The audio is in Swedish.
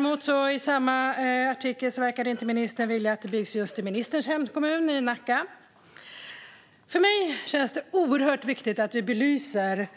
Men i samma artikel verkade det inte som att ministern vill att det byggs just i hans hemkommun Nacka. För mig känns det oerhört viktigt att vi belyser